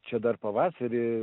čia dar pavasarį